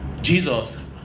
Jesus